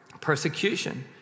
persecution